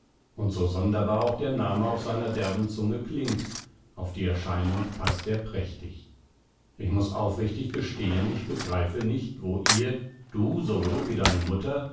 und so sonderbar auch der name auf seiner derben zunge klingt auf die erscheinung paßt er prächtig ich muß aufrichtig gestehen ich begreife nicht wo ihr du sowohl wie deine mutter